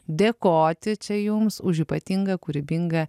dėkoti čia jums už ypatingą kūrybingą